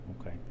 Okay